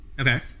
Okay